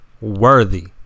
Worthy